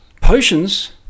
Potions